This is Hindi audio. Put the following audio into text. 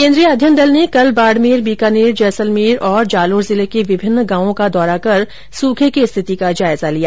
केंद्रीय अध्ययन दल ने कल बाड़मेर बीकानेर जैसलमेर और जालोर जिलों के विभिन्न गांवों का दौरा कर सुखे की स्थिति का जायजा लिया